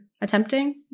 attempting